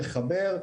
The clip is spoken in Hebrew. לחבר,